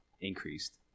increased